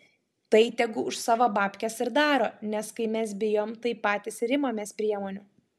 tai tegu už savo babkes ir daro nes kai mes bijom tai patys ir imamės priemonių